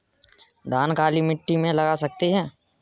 धान काली मिट्टी में लगा सकते हैं?